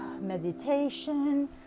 meditation